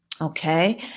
Okay